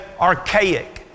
archaic